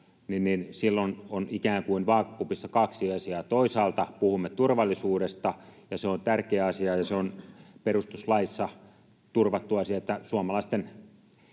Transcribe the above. niin silloin on ikään kuin vaakakupissa kaksi asiaa: Toisaalta puhumme turvallisuudesta. Se on tärkeä asia, ja se on perustuslaissa turvattu asia,